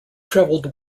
travelled